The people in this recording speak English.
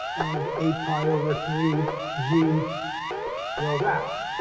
of eight pi over three g rho vac.